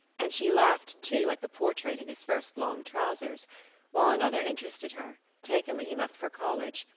and she laughed, too, at the portrait in his first long trousers while another interested her, taken when he left for college,